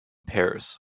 paris